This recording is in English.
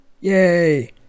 Yay